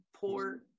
poor